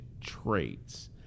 traits